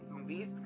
movies